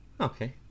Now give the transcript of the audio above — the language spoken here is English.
Okay